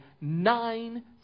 nine